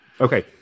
Okay